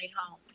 home